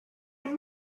and